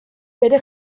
bere